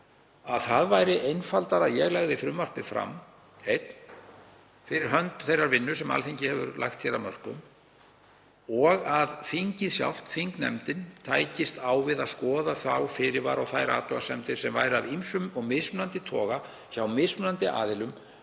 að það væri einfaldara að ég legði frumvarpið fram einn fyrir hönd þeirrar vinnu sem Alþingi hefur lagt af mörkum og að þingið sjálft, þingnefndin, tækist á við að skoða þá fyrirvara og þær athugasemdir sem væru af ýmsum toga hjá mismunandi aðilum